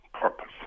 purpose